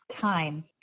Time